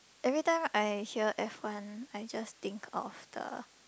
every time I hear F one I just think of the